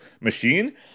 machine